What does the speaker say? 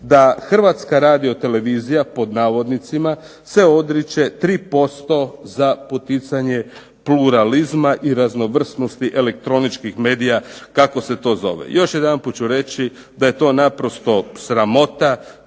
da Hrvatska radio-televizija pod navodnicima se odriče 3% za poticanje pluralizma i raznovrsnosti elektroničkih medija kako se to zove. Još jedanput ću reći da je to naprosto sramota.